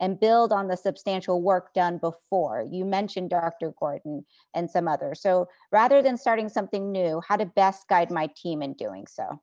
and build on the substantial work done before, you mentioned dr. gordon and some others. so rather than starting something new, how to best guide my team in doing so?